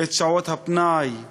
את שעות הפנאי וכו'